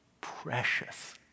precious